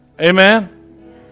Amen